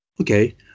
Okay